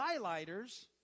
highlighters